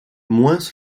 moins